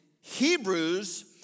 Hebrews